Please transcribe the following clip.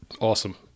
Awesome